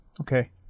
okay